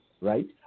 right